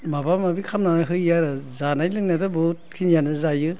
माबा माबि खालामनानै होयो आरो जानाय लोंनायाथ' बहुद खिनियानो जायो